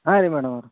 ಹಾಂ ರೀ ಮೇಡಮವ್ರೆ